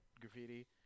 graffiti